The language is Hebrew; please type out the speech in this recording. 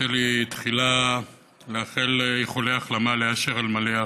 תרשי לי תחילה לאחל איחולי החלמה לאשר אלמליח,